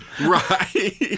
Right